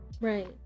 Right